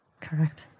Correct